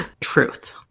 Truth